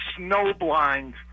Snowblind